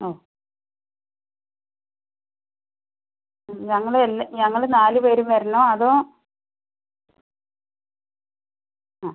ഓ ഞങ്ങള് തന്നെ ഞങ്ങള് നാലു പേരും വരണോ അതോ ആ